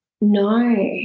no